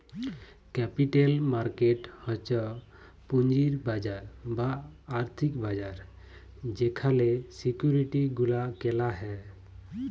capital market হচ্ছ পুঁজির বাজার বা আর্থিক বাজার যেখালে সিকিউরিটি গুলা কেলা হ্যয়